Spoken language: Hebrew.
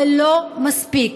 זה לא מספיק.